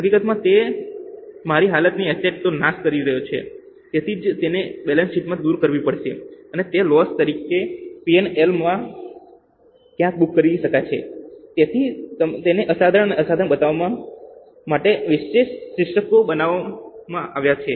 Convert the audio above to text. હકીકતમાં તે મારી હાલની એસેટ નો નાશ કરી રહી છે તેથી જ તેને બેલેન્સ શીટમાંથી દૂર કરવી પડશે અને તે લોસ કેવી રીતે P અને L માં ક્યાંક બુક કરી શકાય છે તેથી તેને અસાધારણ અને અસાધારણ બતાવવા માટે વિશેષ શીર્ષકો બનાવવામાં આવ્યા છે